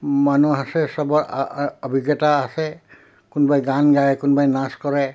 মানুহ আছে চবৰ অভিজ্ঞতা আছে কোনবাই গান গায় কোনবাই নাচ কৰে